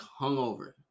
hungover